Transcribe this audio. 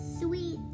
sweet